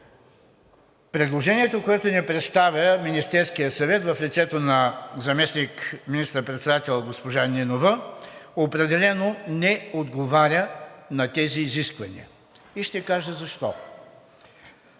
Предложението, което ни представя Министерският съвет в лицето на заместник министър-председателя госпожа Нинова, определено не отговаря на тези изисквания. И ще кажа защо.